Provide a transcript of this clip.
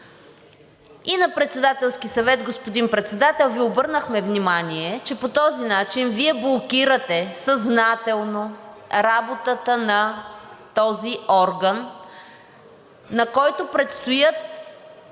И на Председателски съвет, господин Председател, Ви обърнахме внимание, че по този начин Вие блокирате съзнателно работата на този орган, на който предстои